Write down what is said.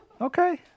Okay